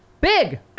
big